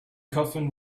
coffin